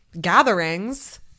gatherings